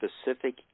specific